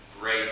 great